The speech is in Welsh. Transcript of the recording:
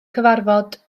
cyfarfod